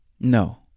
No